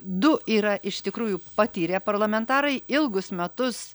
du yra iš tikrųjų patyrę parlamentarai ilgus metus